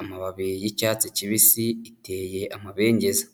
amababi y'icyatsi kibisi, iteye amabengeza.